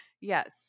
Yes